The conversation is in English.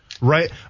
Right